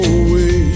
away